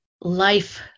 life